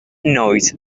night